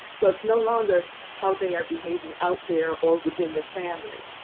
so it's no longer how they are behaving out there or within the family,